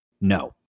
No